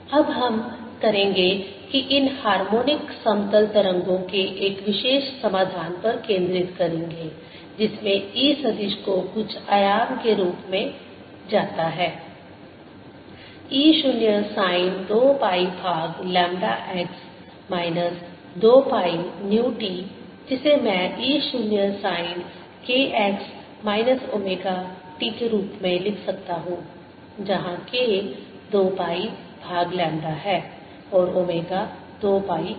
B00E∂t B00∂tEB 2B00∂t B∂t 2B002Bt2 अब हम करेंगे कि इन हार्मोनिक समतल तरंगों के एक विशेष समाधान पर केंद्रित करेंगे जिसमें E सदिश को कुछ आयाम के रूप में जाता है E 0 साइन 2 पाई भाग lambda x minus 2 pi nu t जिसे मैं E 0 sine k x minus omega t के रूप में लिख सकता हूं जहां k 2 पाई भाग लैम्ब्डा है और ओमेगा 2 पाई न्यू है